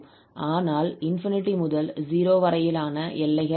ஆனால் ∞ முதல் 0 வரையிலான எல்லைகள் உள்ளன